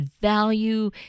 value